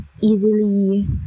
easily